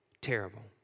terrible